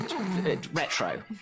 Retro